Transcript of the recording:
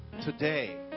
Today